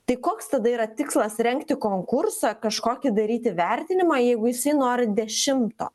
tai koks tada yra tikslas rengti konkursą kažkokį daryti vertinimą jeigu jisai nori dešimto